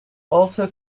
also